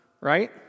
right